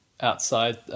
outside